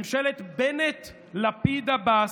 ממשלת בנט-לפיד-עבאס,